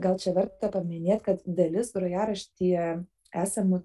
gal čia verta paminėt kad dalis grojaraštyje esamų